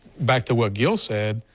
back to what gil said,